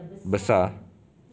besar